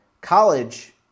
College